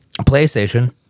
PlayStation